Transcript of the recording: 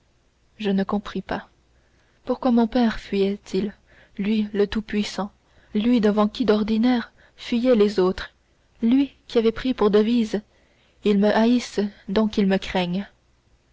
je ne compris pas pourquoi mon père fuyait il lui le tout-puissant lui devant qui d'ordinaire fuyaient les autres lui qui avait pris pour devise ils me haïssent donc ils me craignent